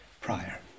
prior